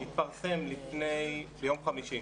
התפרסם ביום חמישי